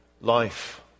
life